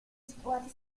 situati